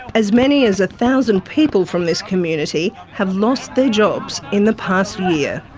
as many as a thousand people from this community have lost their jobs in the past year.